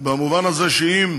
במובן הזה שאם